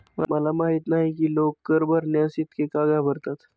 मला माहित नाही की लोक कर भरण्यास इतके का घाबरतात